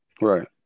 Right